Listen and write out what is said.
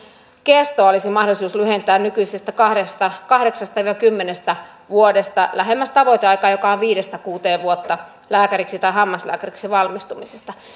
kestoa olisi mahdollisuus lyhentää nykyisestä kahdeksasta viiva kymmenestä vuodesta lähemmäksi tavoiteaikaa joka on viisi viiva kuusi vuotta lääkäriksi tai hammaslääkäriksi valmistumisesta